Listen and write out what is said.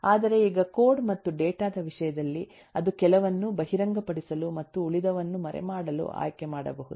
ಆದರೆ ಈಗ ಕೋಡ್ ಮತ್ತು ಡೇಟಾ ದ ವಿಷಯದಲ್ಲಿ ಅದು ಕೆಲವನ್ನು ಬಹಿರಂಗಪಡಿಸಲು ಮತ್ತು ಉಳಿದವನ್ನು ಮರೆಮಾಡಲು ಆಯ್ಕೆ ಮಾಡಬಹುದು